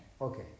Okay